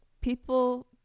people